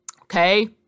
Okay